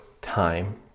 time